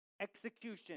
execution